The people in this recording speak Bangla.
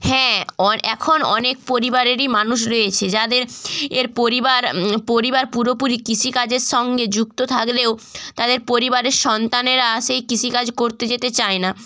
হ্যাঁ অন এখন অনেক পরিবারেরই মানুষ রয়েছে যাদের এর পরিবার পরিবার পুরোপুরি কৃষিকাজের সঙ্গে যুক্ত থাগলেও তাদের পরিবারের সন্তানেরা সেই কৃষিকাজ করতে যেতে চায় না